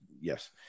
yes